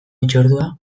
hitzordua